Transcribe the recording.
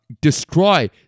destroy